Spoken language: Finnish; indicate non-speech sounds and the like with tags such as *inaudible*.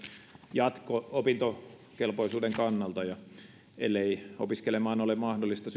jatko opintokelpoisuuden kannalta ellei opiskelemaan ole mahdollista *unintelligible*